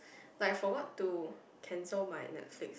like I forgot to cancel my Netflix